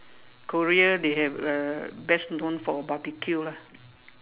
Korea they have uh best known for barbeque lah